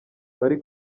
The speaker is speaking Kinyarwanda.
bari